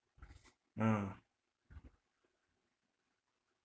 mm